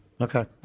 Okay